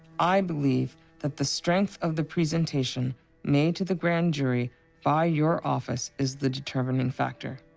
i believe that the strength of the presentation made to the grand jury by your office is the determining factor.